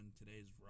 today's